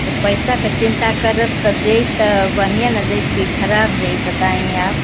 तो पैसा की चिन्ता करब तो देब तो बढ़ियाँ ना देब कि खराब देब बताईं आप